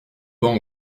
pas